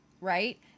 right